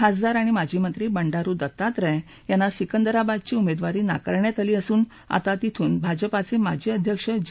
खासदार आणि माजी मंत्री बंडारु दत्तात्रय यांना सिकंदराबादची उमेदवारी नाकारण्यात आली असून आता तिथून भाजपाचे माजी अध्यक्ष जी